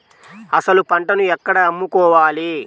అసలు పంటను ఎక్కడ అమ్ముకోవాలి?